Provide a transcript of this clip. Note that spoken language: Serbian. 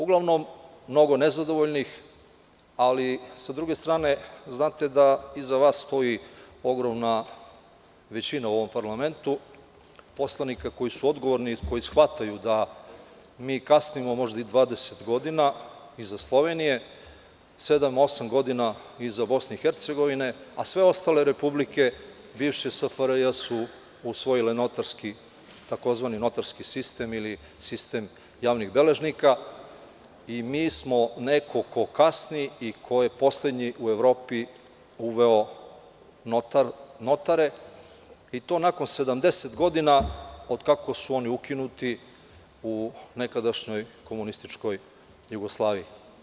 Uglavnom mnogo nezadovoljnih, ali sa druge strane znate da iza vas stoji ogromna većina u ovom parlamentu poslanika koji su odgovorni i koji shvataju da mi kasnimo možda i 20 godina iza Slovenije, sedam, osam godina iza BiH, a sve ostale republike bivše SFRJ su usvojile notarski sistem ili sistem javnih beležnika i mi smo neko ko kasni i ko je poslednji u Evropi uveo notare i to nakon 70 godina od kako su oni ukinuti u nekadašnjoj komunističkoj Jugoslaviji.